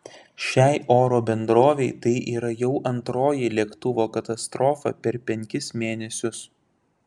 šiai oro bendrovei tai yra jau antroji lėktuvo katastrofa per penkis mėnesius